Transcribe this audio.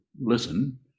listen